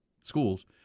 schools